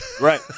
Right